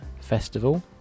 festival